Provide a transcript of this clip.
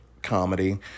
Comedy